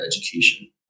education